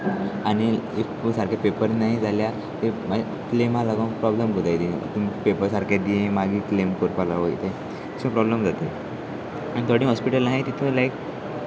आनी इफू सारकें पेपर नाय जाल्यार ते क्लेमा लागोन प्रोब्लम करताय त तुम पेपर सारकें दि मागीर क्लेम करपाक लाग वय ते अशें प्रोब्लम जाता आनी थोडी हॉस्पिटल आसा तितू लायक